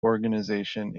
organization